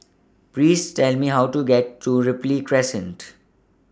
Please Tell Me How to get to Ripley Crescent